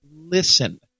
Listen